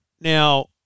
Now